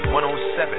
107